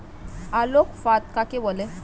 আলোক ফাঁদ কাকে বলে?